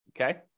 Okay